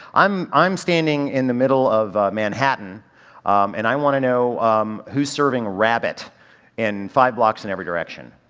i'm, i'm standing in the middle of manhattan and i wanna know who's serving rabbit in five blocks in every direction,